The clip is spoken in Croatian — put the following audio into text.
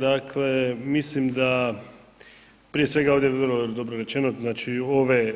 Dakle, mislim da prije svega ovdje vrlo dobro rečeno znači ove